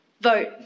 vote